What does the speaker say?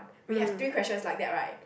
we have three questions like that right